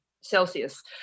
Celsius